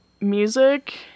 music